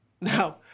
Now